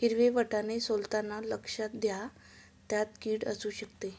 हिरवे वाटाणे सोलताना लक्ष द्या, त्यात किड असु शकते